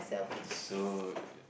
so